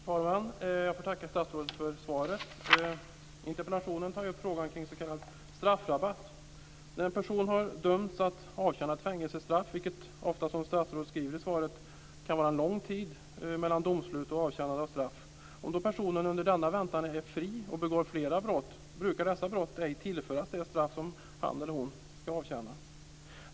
Herr talman! Jag får tacka statsrådet för svaret. Interpellationen tar upp frågan om s.k. straffrabatt. När en person har dömts att avtjäna ett fängelsestraff kan det, vilket statsrådet säger i svaret, ofta vara en lång tid mellan domslut och avtjänande av straff. Om då personen under denna väntan är fri och begår flera brott, brukar dessa brott ej tillföras det straff som han eller hon ska avtjäna.